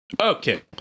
Okay